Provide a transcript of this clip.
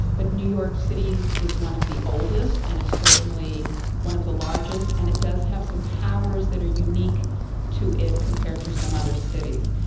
but new york city's is one of the oldest and is certainly one of the largest. and it does have some powers that are unique to it compared to some other cities.